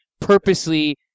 purposely